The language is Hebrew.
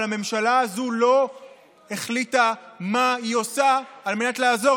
אבל הממשלה הזו לא החליטה מה היא עושה על מנת לעזור